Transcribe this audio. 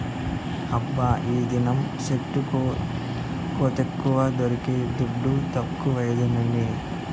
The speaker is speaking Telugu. హబ్బా ఈదినం సెట్ల కోతెక్కువ దొరికిన దుడ్డు తక్కువైనాదమ్మీ